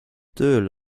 tööl